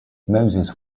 moses